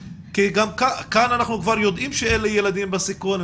כאן אנחנו כבר יודעים שאלה ילדים בסיכון,